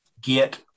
get